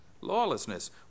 lawlessness